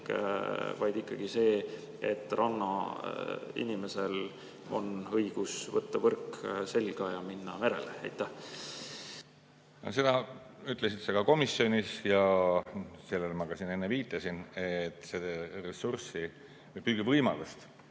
vaid ikkagi see, et rannainimesel oleks õigus võtta võrk selga ja minna merele. Seda ütlesid sa ka komisjonis ja sellele ma ka siin enne viitasin, et seda püügivõimalust